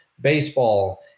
baseball